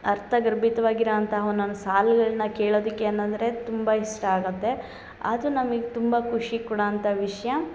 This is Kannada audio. ಅರ್ಥಗರ್ಭಿತ ಆಗಿರೋ ಅಂತ ಒನ್ನೊಂದು ಸಾಲ್ಗಳನ್ನ ಕೇಳೊದಕ್ಕೆ ಅನ್ ಅಂದರೆ ತುಂಬ ಇಷ್ಟ ಆಗುತ್ತೆ ಅದು ನಮಗೆ ತುಂಬ ಖುಷಿ ಕೊಡೊವಂಥ ವಿಷಯ